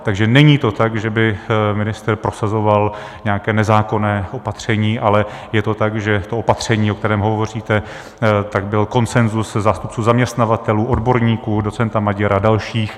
Takže není to tak, že by ministr prosazoval nějaké nezákonné opatření, ale je to tak, že opatření, o kterém hovoříte, byl konsenzus zástupců zaměstnavatelů, odborníků, docenta Maďara a dalších.